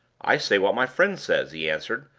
i say what my friend says, he answered,